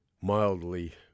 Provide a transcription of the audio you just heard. mildly